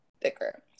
thicker